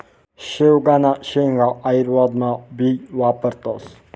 शेवगांना शेंगा आयुर्वेदमा भी वापरतस